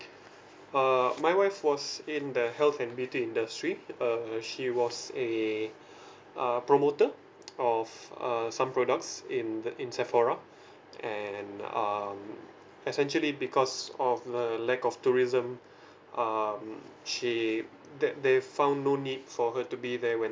err my wife was in the health and beauty industry err she was a uh promoter of uh some products in the in sephora and um essentially because of the lack of tourism um she that they found no need for her to be there when